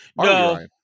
No